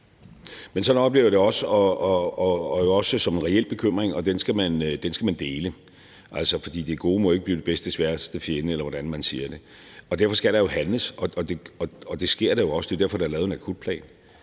Men sådan oplever jeg det også, og det oplever jeg jo også som en reel bekymring, og den skal man dele. Altså, for det gode må ikke blive det bedstes værste fjende, eller hvordan man siger det, og derfor skal der handles, og det sker jo også. Det er derfor, der er lavet en akutplan,